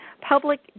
public